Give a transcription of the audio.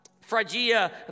Phrygia